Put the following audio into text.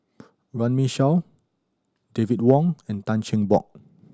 Runme Shaw David Wong and Tan Cheng Bock